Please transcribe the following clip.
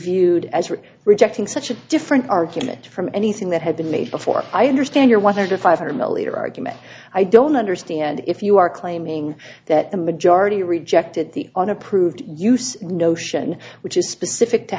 viewed as for rejecting such a different argument from anything that had been made before i understand your one hundred five hundred milliliter argument i don't understand if you are claiming that the majority rejected the unapproved use notion which is specific to